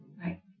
Right